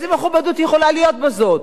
איזה מכובדות יכולה להיות בזאת?